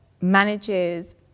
manages